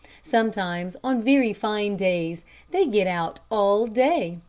sometimes on very fine days they get out all day.